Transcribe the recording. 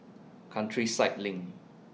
Countryside LINK